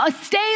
stay